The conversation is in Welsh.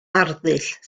arddull